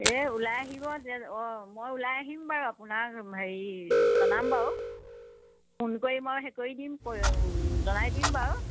এই ওলাই আহিব যে অঁ মই ওলাই আহিম বাৰু আপোনাক হেৰি জনাম বাৰু ফোন কৰি মই সেই কৰি দিম কৰি জনাই দিম বাৰু